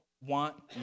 want